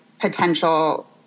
potential